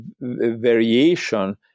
variation